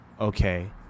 okay